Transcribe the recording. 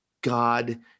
God